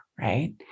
right